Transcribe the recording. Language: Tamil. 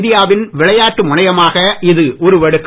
இந்தியாவின் விளையாட்டு முனையமாக இது உருவெடுக்கும்